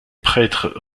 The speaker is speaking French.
prêtre